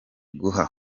guha